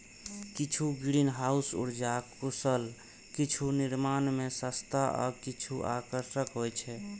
किछु ग्रीनहाउस उर्जा कुशल, किछु निर्माण मे सस्ता आ किछु आकर्षक होइ छै